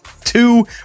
Two